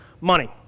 money